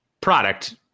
product